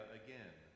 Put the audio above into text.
again